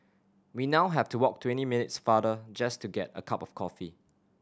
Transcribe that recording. we now have to walk twenty minutes farther just to get a cup of coffee